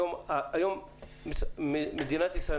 היום מדינת ישראל,